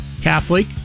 Catholic